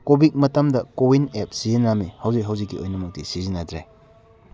Covid ꯃꯇꯝꯗ CoWIN apps ꯁꯤꯖꯟꯅꯔꯝꯃꯤ ꯍꯧꯖꯤꯛ ꯍꯧꯖꯤꯛꯀꯤ ꯑꯣꯏꯅꯃꯛꯇꯤ ꯁꯤꯖꯤꯟꯅꯗ꯭ꯔꯦ